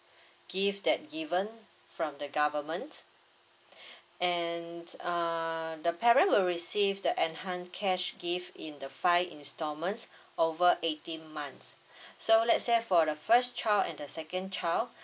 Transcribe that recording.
gift that given from the government and uh the parent will receive the enhanced cash gift in the five instalments over eighteen months so let's say for the first child and the second child